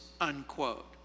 unquote